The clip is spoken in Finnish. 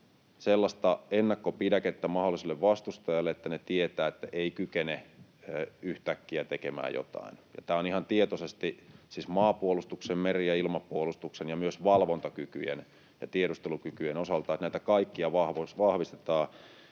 sellaista ennakkopidäkettä mahdollisille vastustajille, että ne tietävät, että eivät kykene yhtäkkiä tekemään jotain. Ja tämä on ihan tietoista siis maapuolustuksen, meri- ja ilmapuolustuksen ja myös valvontakykyjen ja tiedustelukykyjen osalta, että näitä kaikkia vahvistetaan,